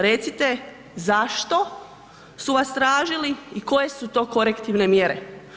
Recite zašto su vas tražili i koje su to korektivne mjere.